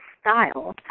style